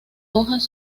hojas